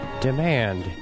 Demand